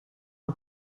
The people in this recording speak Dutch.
het